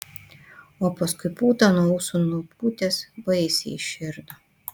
o paskui putą nuo ūsų nupūtęs baisiai įširdo